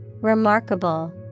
Remarkable